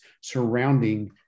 surrounding